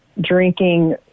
drinking